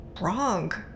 wrong